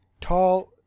tall